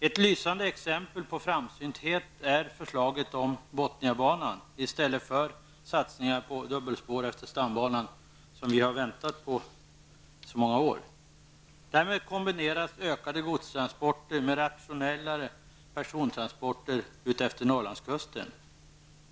Ett lysande exempel på framsynhet är förslaget om Bothniabanan, och detta skall jämföras med satsningar på dubbelspår utefter stambanan, som vi har väntat på i många år. Därmed kombineras ökade godstransporter med rationellare persontransporter utefter Norrlandskusten.